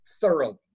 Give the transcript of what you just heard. thoroughly